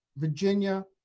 Virginia